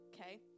okay